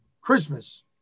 Christmas